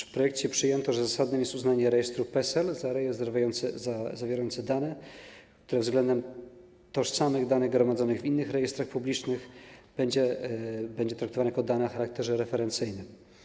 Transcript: W projekcie przyjęto, że zasadne jest uznanie rejestru PESEL za rejestr zawierający dane, które względem tożsamych danych gromadzonych w innych rejestrach publicznych będą traktowane jako dane o charakterze referencyjnym.